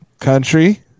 Country